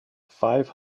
five